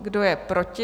Kdo je proti?